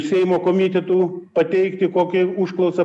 seimo komitetų pateikti kokią užklausą